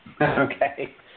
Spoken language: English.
Okay